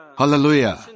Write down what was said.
Hallelujah